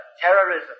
terrorism